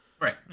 Right